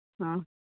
ꯑꯥ